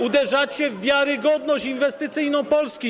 Uderzacie w wiarygodność inwestycyjną Polski.